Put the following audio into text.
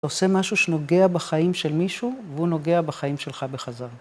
אתה עושה משהו שנוגע בחיים של מישהו, והוא נוגע בחיים שלך בחזרה.